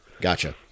Gotcha